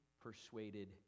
persuaded